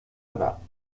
erwarten